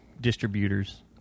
distributors